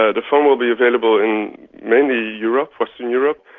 ah the phone will be available in mainly europe, western europe.